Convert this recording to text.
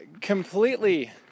completely